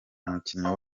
umukinnyi